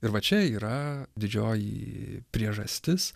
ir va čia yra didžioji priežastis